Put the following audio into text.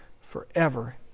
forever